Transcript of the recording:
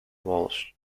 walsh